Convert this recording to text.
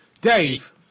Dave